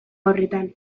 horretan